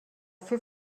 fer